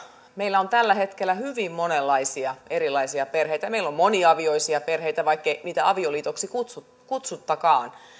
meillä on tällä hetkellä hyvin monenlaisia erilaisia perheitä meillä on moniavioisia perheitä vaikkei niitä avioliitoiksi kutsutakaan